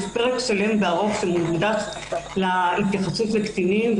יש פרק שלם וארוך שמוקדש להתייחסות לקטינים.